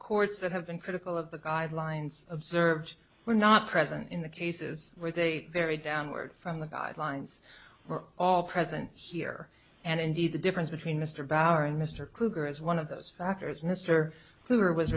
courts that have been critical of the guidelines observed were not present in the cases where they very downward from the guidelines were all present here and indeed the difference between mr bauer and mr kluger as one of those factors mr hoover was